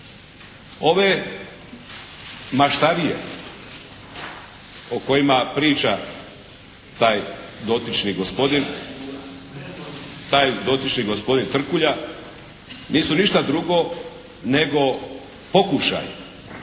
priča taj dotični gospodin, taj dotični gospodin Trkulja nisu ništa drugo nego pokušaj